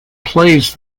plays